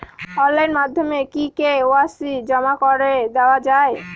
Online মাধ্যমে কি KYC জমা করে দেওয়া য়ায়?